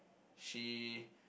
she